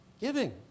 Giving